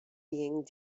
being